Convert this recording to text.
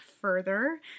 further